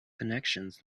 connections